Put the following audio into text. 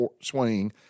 swing